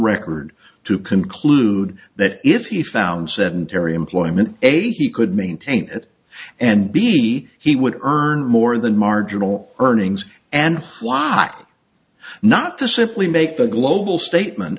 record to conclude that if he found sedentary employment aid he could maintain it and be he would earn more than marginal earnings and why not the simply make the global statement